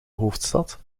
hoofdstad